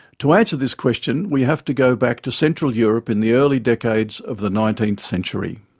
to answer this question we have to go back to central europe in the early decades of the nineteenth century.